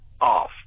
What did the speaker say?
off